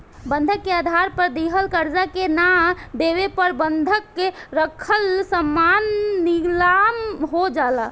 बंधक के आधार पर दिहल कर्जा के ना देवे पर बंधक रखल सामान नीलाम हो जाला